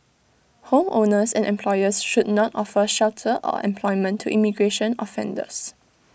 homeowners and employers should not offer shelter or employment to immigration offenders